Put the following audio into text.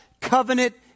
covenant